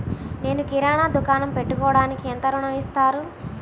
నేను కిరాణా దుకాణం పెట్టుకోడానికి ఎంత ఋణం ఇస్తారు?